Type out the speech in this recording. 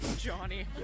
Johnny